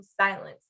silence